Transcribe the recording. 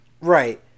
Right